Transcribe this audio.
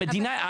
המדינה?